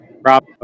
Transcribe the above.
Rob